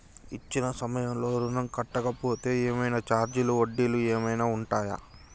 ఇచ్చిన సమయంలో ఋణం కట్టలేకపోతే ఏమైనా ఛార్జీలు వడ్డీలు ఏమైనా ఉంటయా?